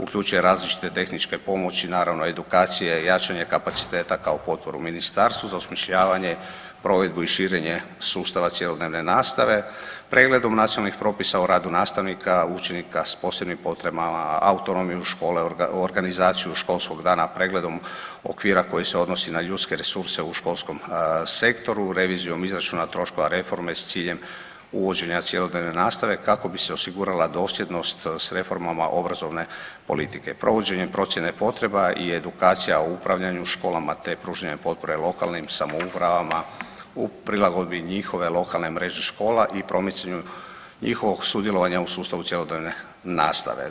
Uključuje različite tehničke pomoći, naravno edukacije, jačanje kapaciteta kao potporu ministarstvu, za osmišljavanje, provedbu i širenje sustava cjelodnevne nastave, pregledom nacionalnih propisa o radu nastavnika, učenika s posebnim potrebama, autonomiju škole, organizaciju školskog dana pregledom okvira koji se odnosi na ljudske resurse u školskom sektoru, revizijom izračuna troškova reforme s ciljem uvođenja cjelodnevne nastave kako bi se osigurala dosljednost s reformama obrazovne politike, provođenjem procijene potreba i edukacija o upravljanju školama, te pružanje potpore lokalnim samoupravama u prilagodbi njihove lokalne mreže škola i promicanju njihovog sudjelovanju u sustavu cjelodnevne nastave.